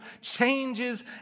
changes